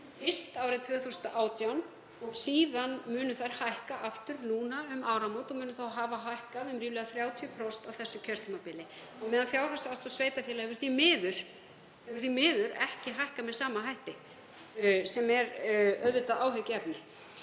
fyrst árið 2018 og munu þær síðan hækka aftur nú um áramót. Þær munu þá hafa hækkað um ríflega 30% á þessu kjörtímabili á meðan fjárhagsaðstoð sveitarfélaga hefur því miður ekki hækkað með sama hætti, sem er auðvitað áhyggjuefni.